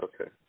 Okay